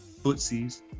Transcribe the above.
footsies